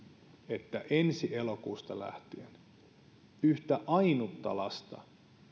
että ensi elokuusta lähtien yhtä ainutta lasta